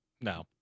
No